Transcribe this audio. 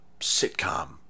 sitcom